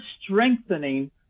strengthening